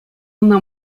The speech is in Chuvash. ӑна